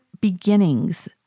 beginnings